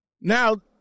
Now